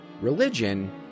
religion